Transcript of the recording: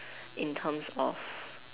in terms of